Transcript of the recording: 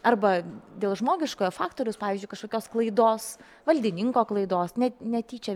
arba dėl žmogiškojo faktoriaus pavyzdžiui kažkokios klaidos valdininko klaidos net netyčia